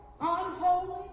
unholy